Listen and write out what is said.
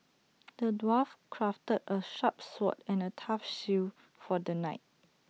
the dwarf crafted A sharp sword and A tough shield for the knight